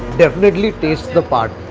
definitely tastes the part.